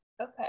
Okay